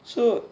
so